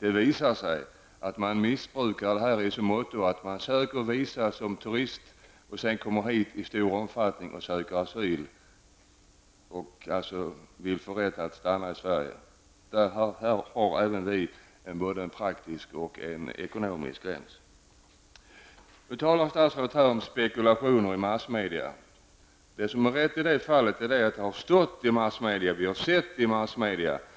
det visar sig att människor missbrukar detta i så måtto att de söker visum som turister och sedan kommer hit i stor omfattning och söker asyl för att få rätt att stanna i Sverige. Här har även vi både en praktisk och ekonomisk rätt. Statsrådet talar om spekulationer i massmedia. Det som är rätt i det fallet är att det har stått i massmedia och att vi har sett det i massmedia.